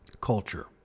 Culture